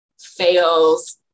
fails